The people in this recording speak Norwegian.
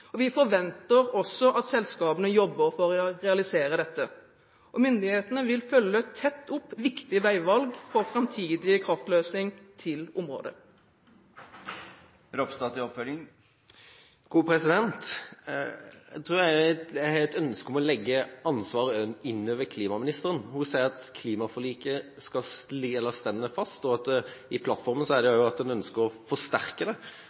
vi forventer også at selskapene jobber for å realisere dette. Myndighetene vil følge tett opp viktige veivalg for framtidig kraftløsning til området. Jeg har et ønske om å legge ansvaret til klimaministeren. Hun sier at klimaforliket står fast, og i plattformen ønsker en å forsterke det. Dette spørsmålet alene vil øke utslippene med 2 pst., og klimaforliket sier at